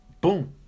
boom